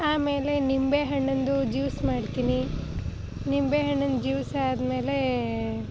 ಆಮೇಲೆ ನಿಂಬೆ ಹಣ್ಣಿಂದು ಜ್ಯೂಸ್ ಮಾಡ್ತೀನಿ ನಿಂಬೆ ಹಣ್ಣಿಂದು ಜ್ಯೂಸ್ ಆದಮೇಲೆ